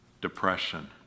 depression